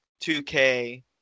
2K